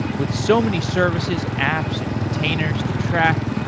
with so many services, apps and containers to track,